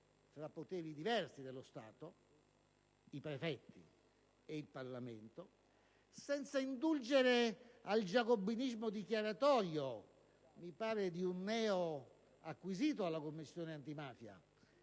tra poteri diversi dello Stato (i prefetti ed il Parlamento), senza indulgere al giacobinismo dichiaratorio del - credo - neoacquisito alla Commissione antimafia